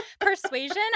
Persuasion